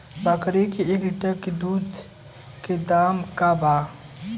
बकरी के एक लीटर दूध के का दाम बा?